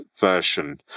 version